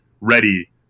ready